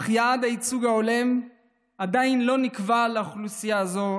אך יעד הייצוג ההולם עדיין לא נקבע לאוכלוסייה זו,